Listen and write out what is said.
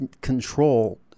control